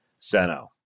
Seno